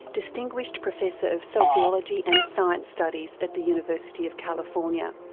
distinguished professor of sociology and science studies at the university of california,